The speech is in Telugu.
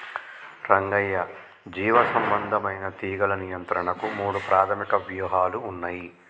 రంగయ్య జీవసంబంధమైన తీగలు నియంత్రణకు మూడు ప్రాధమిక వ్యూహాలు ఉన్నయి